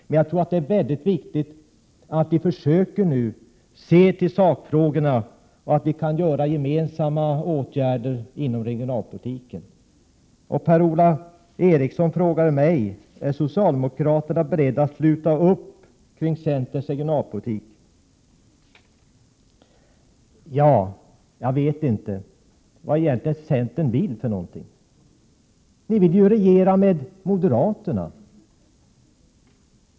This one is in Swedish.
Men det är också viktigt att vi försöker se på sakfrågorna och att vi kan göra gemensamma insatser inom regionalpolitiken. Per-Ola Eriksson frågade mig om socialdemokraterna var beredda att sluta upp bakom centerns regionalpolitik. Men jag vet inte vad centern egentligen vill. Ni vill ju regera med moderaterna.